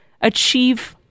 achieve